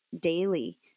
daily